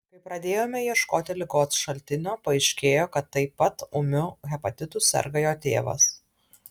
kai pradėjome ieškoti ligos šaltinio paaiškėjo kad taip pat ūmiu hepatitu serga jo tėvas